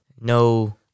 No